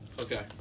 Okay